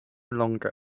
longer